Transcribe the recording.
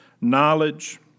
knowledge